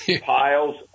piles